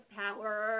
power